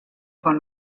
con